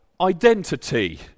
identity